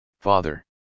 father